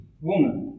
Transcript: woman